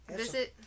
visit